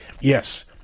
yes